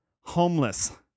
Homeless